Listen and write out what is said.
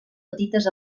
petites